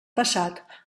passat